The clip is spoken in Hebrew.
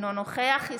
אינו נוכח בנימין נתניהו,